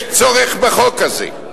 יש צורך בחוק הזה.